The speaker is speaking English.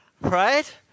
right